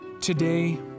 today